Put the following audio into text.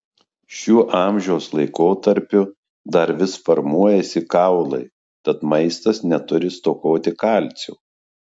šiuo amžiaus laikotarpiu dar vis formuojasi kaulai tad maistas neturi stokoti kalcio